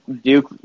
Duke